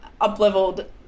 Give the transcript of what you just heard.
up-leveled